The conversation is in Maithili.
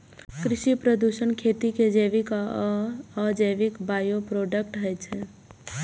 कृषि प्रदूषण खेती के जैविक आ अजैविक बाइप्रोडक्ट होइ छै